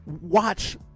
watch